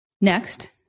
Next